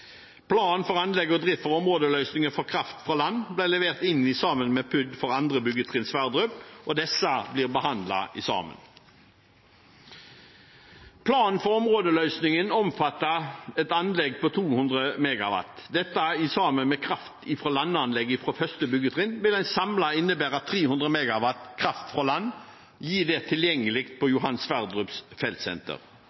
Planen for anlegg og drift for områdeløsningen for kraft fra land ble levert inn sammen med PUD av andre byggetrinn på Johan Sverdrup-feltet, og disse blir behandlet sammen. Planen for områdeløsningen omfatter et anlegg på 200 MW. Dette sammen med kraft fra landanlegget fra første byggetrinn vil samlet innebære 300 MW kraft fra land tilgjengelig på